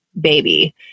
baby